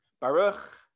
Baruch